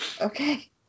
Okay